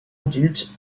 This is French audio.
adultes